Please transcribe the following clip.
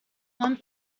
one